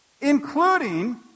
including